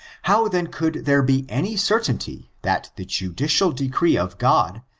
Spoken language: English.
how then could there be any certainty that the judicial decree of god,